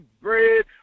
bread